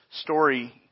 story